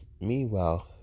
Meanwhile